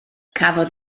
cafodd